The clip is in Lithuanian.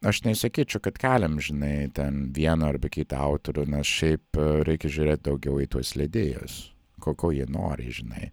aš nesakyčiau kad keliam žinai ten vieną arba kitų autorių nes šiaip reikia žiūrėt daugiau į tuos leidėjs ko ko jie nori žinai